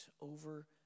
over